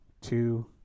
two